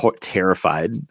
terrified